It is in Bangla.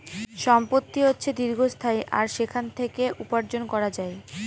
সম্পত্তি হচ্ছে দীর্ঘস্থায়ী আর সেখান থেকে উপার্জন করা যায়